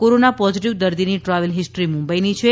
corona positive દર્દીની travel history મુંબઇની છે